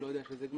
אני לא יודע.